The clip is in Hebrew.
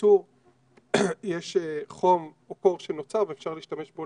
מהייצור חלק מהייצור יש חום או קור שנוצר ואפשר להשתמש בו